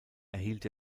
erhielt